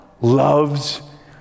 loves